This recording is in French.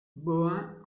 bohain